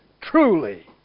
truly